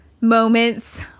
moments